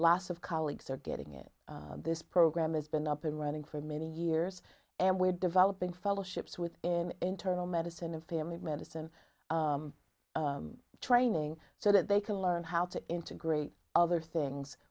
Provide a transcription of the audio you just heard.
last of colleagues are getting it this program has been up and running for many years and we're developing fellowships with internal medicine and family medicine training so that they can learn how to integrate other things